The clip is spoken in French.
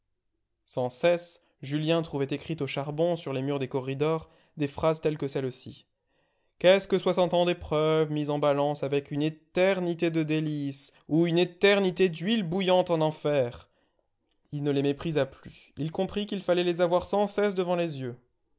sans cesse julien trouvait écrites au charbon sur les murs des corridors des phrases telles que celle-ci qu'est-ce que soixante ans d'épreuves mis en balance avec une éternité de délices ou une éternité d'huile bouillante en enfer il ne les méprisa plus il comprit qu'il fallait les avoir sans cesse devant les yeux